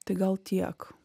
tai gal tiek